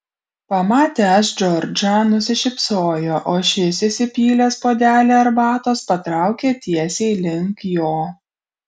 pamatęs džordžą nusišypsojo o šis įsipylęs puodelį arbatos patraukė tiesiai link jo